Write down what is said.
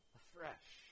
afresh